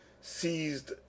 seized